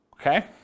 Okay